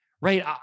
right